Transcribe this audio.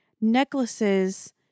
necklaces